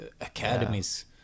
academies